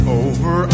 over